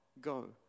Go